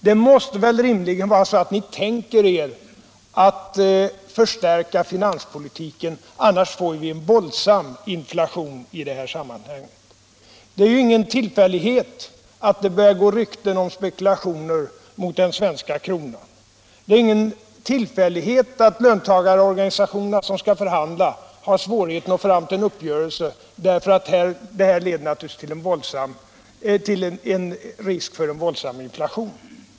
Det måste rimligen vara så att ni tänker er att förstärka finanspolitiken — annars får vi en våldsam inflation. Det är ju ingen tillfällighet att det börjar gå rykten om spekulationer mot den svenska kronan. Det är ingen tillfällighet att löntagarorganisationerna, som skall förhandla, har svårigheter att nå fram till en uppgörelse, därför att det här naturligtvis leder till risk för en våldsam inflation.